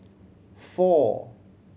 four